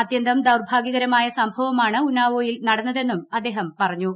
അത്യന്തം ദൌർഭാഗ്യകരമായ സംഭവമാണ് ഉന്നാവോയിൽ നടന്നതെന്നും അദ്ദേഹം പറഞ്ഞു